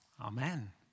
amen